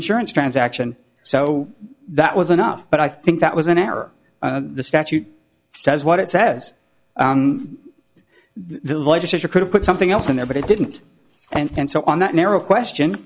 insurance transaction so that was enough but i think that was an error the statute says what it says the legislature could have put something else in there but it didn't and so on that narrow